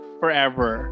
forever